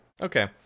Okay